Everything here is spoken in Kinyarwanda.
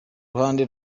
ruhande